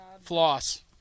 Floss